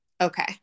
Okay